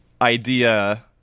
idea